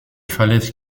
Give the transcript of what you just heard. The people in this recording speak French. falaises